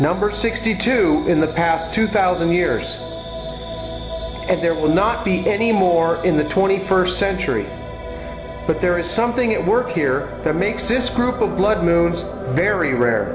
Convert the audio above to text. number sixty two in the past two thousand years and there will not be any more in the twenty first century but there is something it work here that makes this group of blood moons very rare